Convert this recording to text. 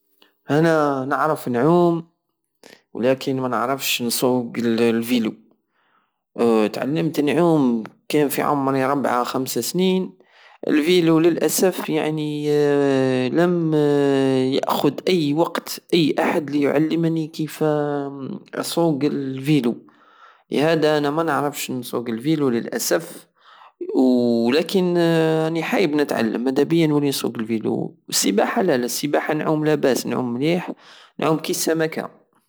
انا نعرف نعوم ولكن مانعرفش نصق الفيلو تعلمت نعوم كان في عمري ربعة خمسة سنين الفيلو للأسف يعني لم تردد يأخد أي وقت أي أحد ليعلمني كيف اصوق الفيلو لهادا انا مانعرفش نصوق الفيلو للاسف ولكن انى حايب نتعلم مدابيا نصوق الفيلو السيباحة لالا السيباحة نعوم لاباس نعوم مليح نعوم كي السمكة